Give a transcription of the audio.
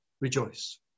rejoice